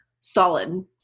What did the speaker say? solid